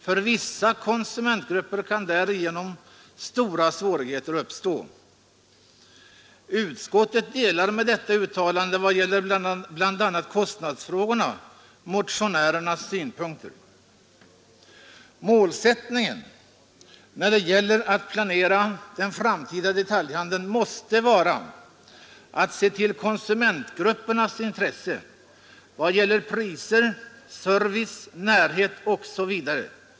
För vissa konsumentgrupper kan därigenom stora svårigheter uppstå.” Utskottet delar alltså bl.a. vad det gäller kostnadsfrågorna motionärernas synpunkter. Målsättningen när det gäller att planera den framtida detaljhandeln måste vara att se till konsumentgruppernas intressen vad det gäller priser, service, närhet osv.